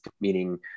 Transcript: meaning